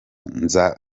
nza